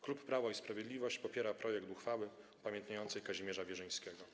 Klub Prawo i Sprawiedliwość popiera projekt uchwały upamiętniający Kazimierza Wierzyńskiego.